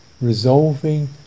resolving